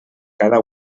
cada